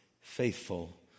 faithful